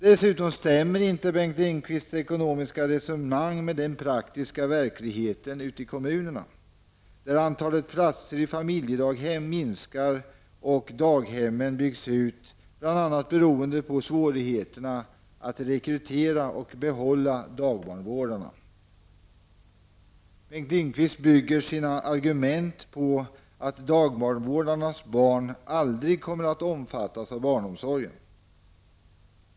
Dessutom stämmer inte Bengt Lindqvists ekonomiska resonemang med den praktiska verkligheten ute i kommunen, där antalet platser i familjedaghem minskar och daghemmen byggs ut bl.a. beroende på svårigheterna att rekrytera och behålla dagbarnvårdarna. Bengt Lindqvist bygger sina argument på att dagbarnvårdarnas barn aldrig kommer att omfattas av barnomsorgen.